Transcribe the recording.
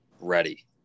ready